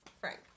frank